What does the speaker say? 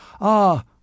Ah